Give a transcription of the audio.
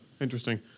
Interesting